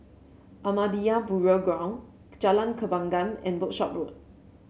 Ahmadiyya Burial Ground Jalan Kembangan and Workshop Road